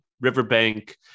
riverbank